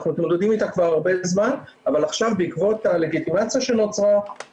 אנחנו מתמודדים איתה כבר הרבה זמן אבל עכשיו בעקבות הלגיטימציה שנוצרה,